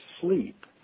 sleep